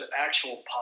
actual